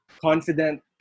confident